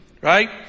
right